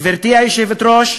גברתי היושבת-ראש,